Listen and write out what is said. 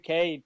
UK